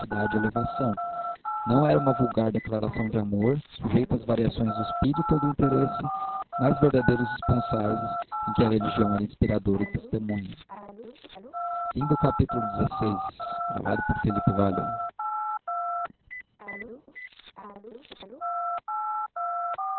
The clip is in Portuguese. e elevação não era uma vulgar declaração de amor sujeita às variações do espírito ou do interesse mas verdadeiros esponsais em que a religião era inspiradora e testemunha